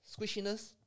squishiness